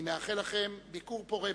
אני מאחל לכם ביקור פורה בארץ,